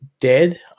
dead